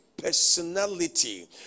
personality